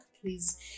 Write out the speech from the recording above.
please